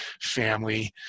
family